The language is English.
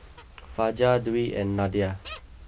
Fajar Dwi and Nadia